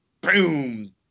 boom